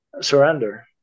surrender